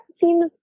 seems